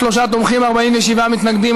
33 תומכים, 47 מתנגדים.